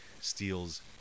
steals